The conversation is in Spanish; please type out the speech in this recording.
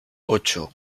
ocho